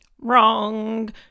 Wrong